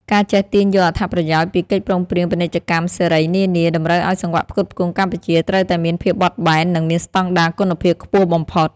ការចេះទាញយកអត្ថប្រយោជន៍ពីកិច្ចព្រមព្រៀងពាណិជ្ជកម្មសេរីនានា តម្រូវឱ្យសង្វាក់ផ្គត់ផ្គង់កម្ពុជាត្រូវតែមានភាពបត់បែន និងមានស្ដង់ដារគុណភាពខ្ពស់បំផុត។